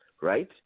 Right